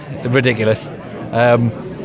Ridiculous